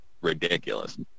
ridiculous